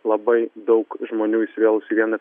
labai daug žmonių įsivėlusių į vieną